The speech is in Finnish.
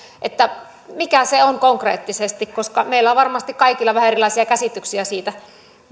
mikä se on konkreettisesti koska meillä on varmasti kaikilla vähän erilaisia käsityksiä siitä